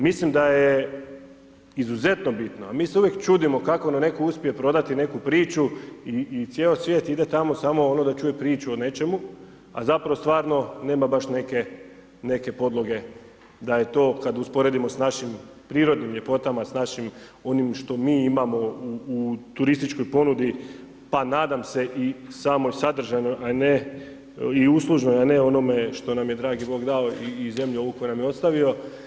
Mislim da je izuzetno bitno, a mi se uvijek čudimo, kako nam netko uspije prodati neku priču i cijeli svijet ide tamo samo ono da čuje priču o nečemu, a zapravo stvarno nema baš neke podloge, da je to kada usporedimo s našim prirodnim ljepotama, s našim onim što mi imamo u turističkoj ponudi, pa nadam se i samo sadržajno a ne, i uslužno, a ne onome što nam je dragi Bog dao i zemlja ovu koju nam je ostavio.